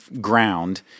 ground